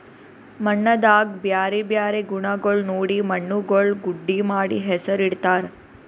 ಮಣ್ಣದಾಗ್ ಬ್ಯಾರೆ ಬ್ಯಾರೆ ಗುಣಗೊಳ್ ನೋಡಿ ಮಣ್ಣುಗೊಳ್ ಗುಡ್ಡಿ ಮಾಡಿ ಹೆಸುರ್ ಇಡತ್ತಾರ್